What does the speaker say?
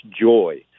joy